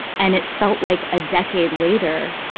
and it felt like a decade later,